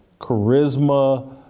charisma